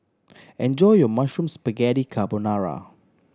enjoy your Mushroom Spaghetti Carbonara